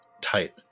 tight